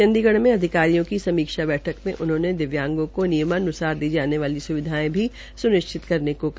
चंडीगढ़ में अधिकारियों की समीक्षा बैठक में उन्होंने दिव्यांगो को नियमान्सार दी जाने वाली सुविधाएं भी सुनिश्चित करने को कहा